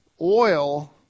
oil